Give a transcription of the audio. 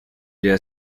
their